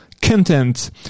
content